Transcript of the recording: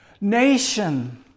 nation